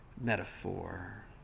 metaphor